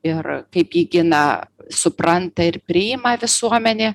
ir kaip jį gina supranta ir priima visuomenė